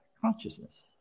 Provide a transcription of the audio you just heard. Consciousness